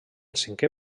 cinquè